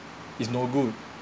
is no good